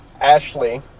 Ashley